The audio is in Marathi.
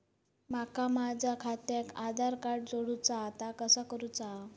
माका माझा खात्याक आधार कार्ड जोडूचा हा ता कसा करुचा हा?